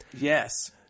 Yes